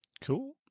Cool